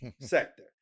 sector